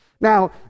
Now